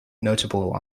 notable